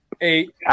eight